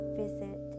visit